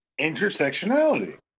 Intersectionality